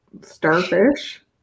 starfish